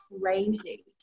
crazy